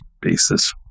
basis